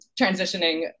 transitioning